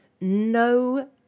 no